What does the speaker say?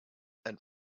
and